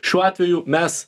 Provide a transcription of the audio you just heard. šiuo atveju mes